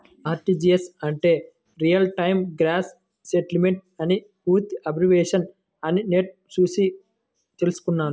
RTGS అంటే real time gross settlement అని పూర్తి అబ్రివేషన్ అని నెట్ చూసి తెల్సుకున్నాను